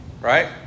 Right